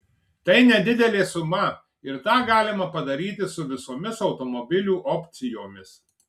tai nedidelė suma ir tą galima padaryti su visomis automobilių opcijomis